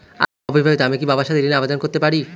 আমি অবিবাহিতা আমি কি বাবার সাথে ঋণের আবেদন করতে পারি?